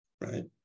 right